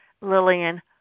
Lillian